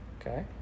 Okay